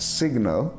signal